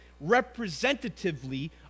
representatively